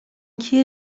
کیه